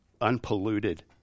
unpolluted